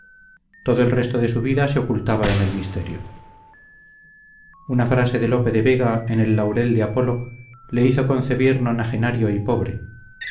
todo el resto de su vida se ocultaba en el misterio una frase de lope de vega en el laurel de apolo le hizo concebir nonagenario y pobre